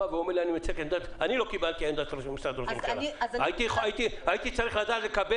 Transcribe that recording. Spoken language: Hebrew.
אני לא קיבלת עמדה ממשרד ראש הממשלה למרות שהייתי צריך לקבל.